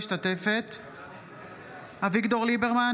אינה משתתפת בהצבעה אביגדור ליברמן,